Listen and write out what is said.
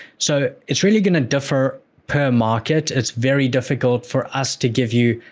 so, it's really going to differ per market. it's very difficult for us to give you,